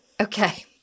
Okay